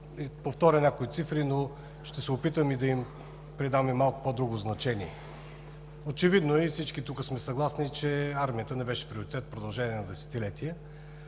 повторя някои цифри, но ще се опитам и да им придам и малко по-друго значение. Очевидно е, и всички тук сме съгласни, че армията не беше приоритет в продължение на десетилетия,